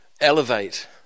elevate